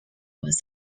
was